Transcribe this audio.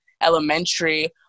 elementary